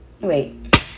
Wait